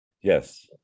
Yes